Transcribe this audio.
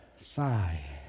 sigh